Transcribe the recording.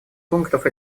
пунктов